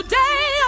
day